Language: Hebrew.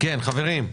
חברים,